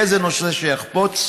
באיזה נושא שיחפוץ?